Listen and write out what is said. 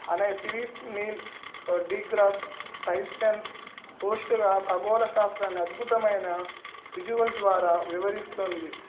అనే series Neil deGrasse Tyson పోస్ట్గా ఖగోళ శాస్త్రాన్ని అద్భుతమైన విజువల్స్ ద్వారా వివరిస్తుంది